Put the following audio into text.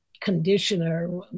conditioner